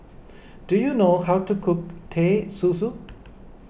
do you know how to cook Teh Susu